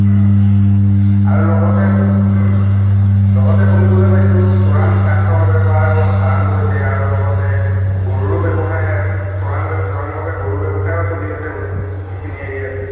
আৰু লগতে লগতে শুনিবলৈ পাইছোঁ চোৰাং কাঠৰ বেপাৰো আৰম্ভ হৈছে আৰু লগতে গৰুৰো ব্যৱসায় চোৰাং চোৰাং ভাৱে গৰুৰ ব্যৱসায়ো চলি আছে বোলে এইখিনি এৰিয়াত